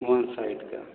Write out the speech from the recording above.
one side का